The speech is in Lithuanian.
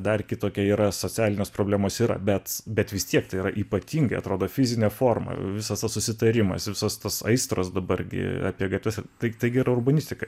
dar kitokia yra socialinės problemos yra bet bet vis tiek tai yra ypatingai atrodo fizine forma visas susitarimas visos tos aistros dabar gi agregatus tiktai gera urbanistika